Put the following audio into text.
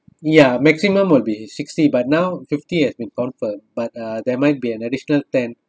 ya maximum will be sixty but now fifty has been confirmed but uh there might be additional ten